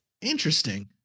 Interesting